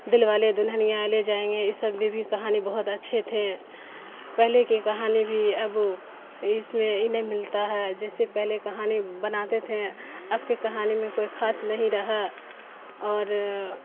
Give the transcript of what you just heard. دل والے دلہنیا لے جائیں گے ای سب میں بھی کہانی بہت اچھے تھے پہلے کی کہانی بھی اب اس میں ای نہیں ملتا ہے جیسے پہلے کہانی بناتے تھیں اب کے کہانی میں کوئی خاص نہیں رہا اور